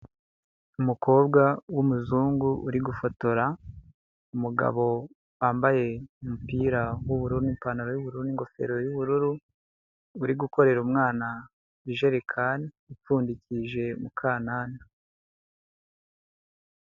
Umukobwa w'umuzungu uri gufotora umugabo wambaye umupira w'ubururu n'ipantaro y'ubururu n'ingofero y'ubururu, uri gukorera umwana ijerekani ipfundikije umukanana.